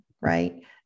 right